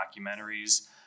documentaries